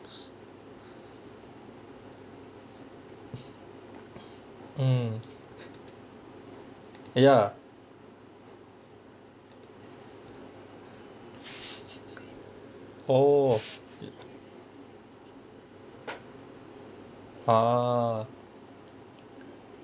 mm ya oh a'ah